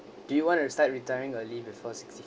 do you want to start retiring early before sixty